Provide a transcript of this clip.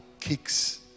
kicks